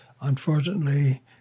unfortunately